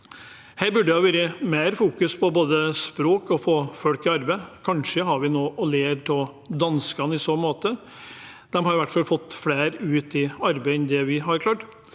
Det burde vært fokusert mer på både språk og å få folk i arbeid. Kanskje har vi noe å lære av danskene i så måte. De har i hvert fall fått flere ut i arbeid enn det vi har klart.